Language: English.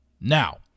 Now